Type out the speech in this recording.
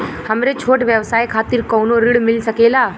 हमरे छोट व्यवसाय खातिर कौनो ऋण मिल सकेला?